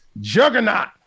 Juggernaut